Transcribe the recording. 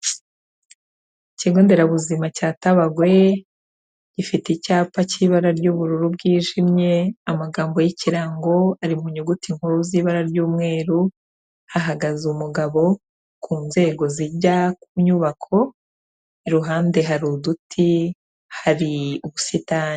Ikigo nderabuzima cya Tabagwe gifite icyapa k'ibara ry'ubururu bwijimye, amagambo y'ikirango ari mu nyuguti nkuru z'ibara ry'umweru, hahagaze umugabo ku nzego zijya ku nyubako, iruhande hari uduti, hari ubusitani.